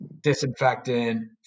disinfectant